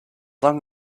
long